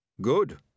Good